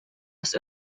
aus